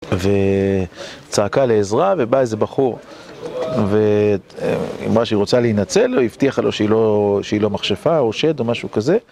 וצעקה לעזרה, ובא איזה בחור. ואמרה שהיא רוצה להינצל, והיא הבטיחה לו שהיא לא מכשפה או שד או משהו כזה,